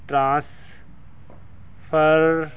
transfer